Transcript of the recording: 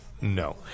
No